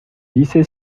lycée